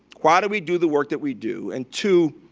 why do we do the work that we do? and two,